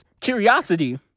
curiosity